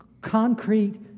concrete